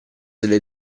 delle